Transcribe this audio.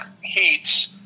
heats